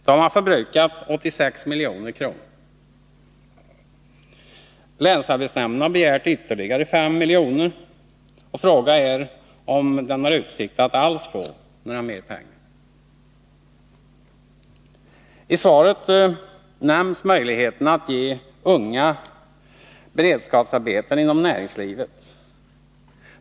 Då har man förbrukat 86 milj.kr. Länsarbetsnämnden har begärt ytterligare 5 milj.kr., och frågan är om den har utsikt att alls få mera pengar. I svaret nämns möjligheten att ge ungdomar beredskapsarbeten inom näringslivet.